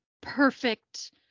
perfect